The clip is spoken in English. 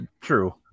true